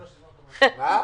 מה?